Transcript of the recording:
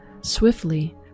Swiftly